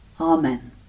Amen